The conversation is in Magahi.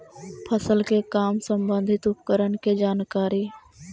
फसल के काम संबंधित उपकरण के जानकारी?